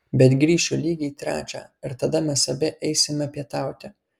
bet grįšiu lygiai trečią ir tada mes abi eisime pietauti